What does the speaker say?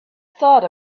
thought